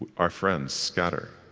our friends scatter,